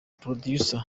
producer